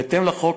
בהתאם לחוק,